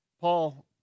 Paul